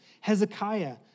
Hezekiah